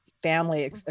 family